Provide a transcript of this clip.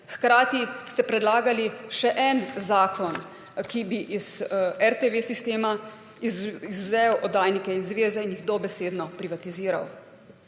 Hkrati ste predlagali še en zakon, ki bi iz sistema RTV izvzel oddajnike in zveze in jih dobesedno privatiziral.